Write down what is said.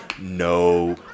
no